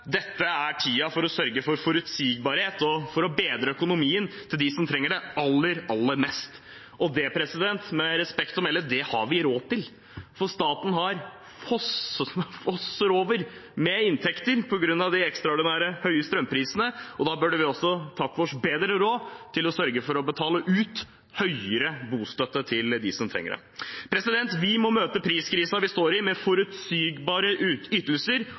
Dette er tiden for å sørge for forutsigbarhet og for å bedre økonomien til dem som trenger det aller, aller mest. Med respekt å melde: Det har vi råd til, for statskassen flommer over av inntekter på grunn av de ekstraordinært høye strømprisene, og da burde vi også ta oss bedre råd til å sørge for å betale ut høyere bostøtte til dem som trenger det. Vi må møte priskrisen vi står i, med forutsigbare ytelser